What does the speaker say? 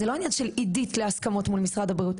זה לא עניין של עידית להסכמות מול משרד הבריאות,